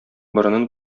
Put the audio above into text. борынын